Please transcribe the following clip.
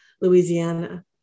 Louisiana